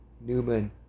Newman